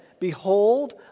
Behold